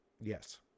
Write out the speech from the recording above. Yes